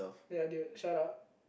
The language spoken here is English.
ya dude shut up